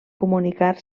comunicar